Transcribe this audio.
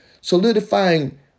solidifying